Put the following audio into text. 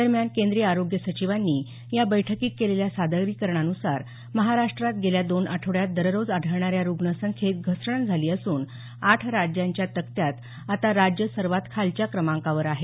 दरम्यान केंद्रीय आरोग्य सचिवांनी या बैठकीत केलेल्या सादरीकरणान्सार महाराष्ट्रात गेल्या दोन आठवड्यात दररोज आढळणाऱ्या रुग्ण संख्येत घसरण झाली असून आठ राज्याच्या तक्त्यात आता राज्य सर्वात खालच्या क्रमांकावर आहे